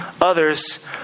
others